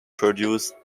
produced